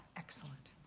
excellent.